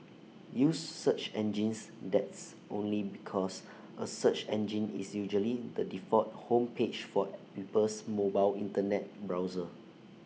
use search engines that's only because A search engine is usually the default home page for people's mobile Internet browser